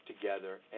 together